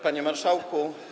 Panie Marszałku!